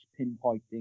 pinpointing